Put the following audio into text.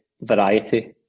variety